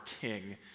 king